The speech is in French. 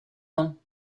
ans